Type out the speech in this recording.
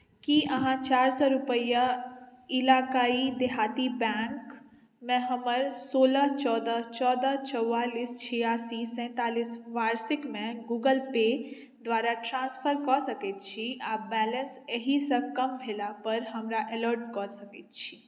की अहाँ चारि सए रुपैआ इलाकाइ देहाती बैंकमे हमर सोलह चौदह चौदह चौआलिस छियासी सैँतालिस वार्षिकमे गूगल पे द्वारा ट्रान्सफर कऽ सकैत छी आ बैलेन्स एहिसँ कम भेलापर हमरा एलर्ट कऽ सकैत छी